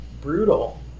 brutal